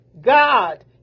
God